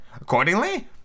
Accordingly